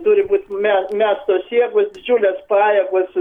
turi būt me mestos jėgos didžiulės pajėgos